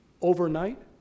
overnight